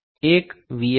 98 M